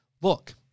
look